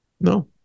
No